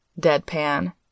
deadpan